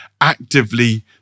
actively